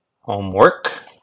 homework